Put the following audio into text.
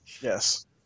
Yes